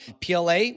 PLA